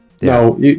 No